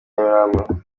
nyamirambo